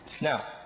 Now